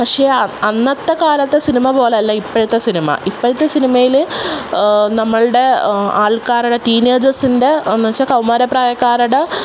പക്ഷെ അന്നത്തെ കാലത്തെ സിനിമ പോലെയല്ല ഇപ്പൊഴത്തെ സിനിമ ഇപ്പൊഴത്തെ സിനിമയിൽ നമ്മളുടെ ആൾക്കാരുടെ ടീനേഴ്ജസിൻ്റെ എന്നുവെച്ചാൽ കൗമാര പ്രായക്കാരുടെ